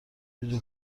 اینجا